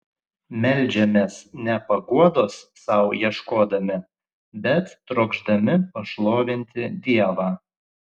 meldžiamės ne paguodos sau ieškodami bet trokšdami pašlovinti dievą